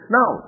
Now